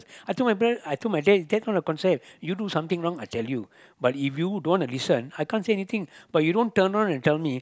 I told my parent I told my dad that's not the concept you do something wrong I tell you but if you don't want to listen I can't say anything but you don't turn on and tell me